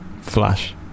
Flash